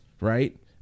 right